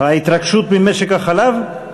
התרגשות ממשק החלב?